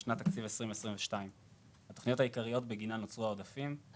לשנת תקציב 2022. התכניות העיקריות בגינן הוצאו העודפים: